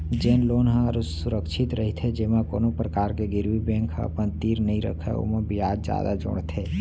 जेन लोन ह असुरक्छित रहिथे जेमा कोनो परकार के गिरवी बेंक ह अपन तीर नइ रखय ओमा बियाज जादा जोड़थे